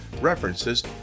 references